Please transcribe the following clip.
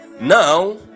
now